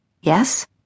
yes